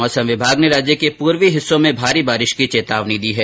मौसम विभाग ने राज्य के पूर्वी हिस्सों में भारी बारिश की चेतावनी दी है